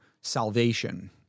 salvation